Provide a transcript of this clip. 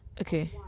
Okay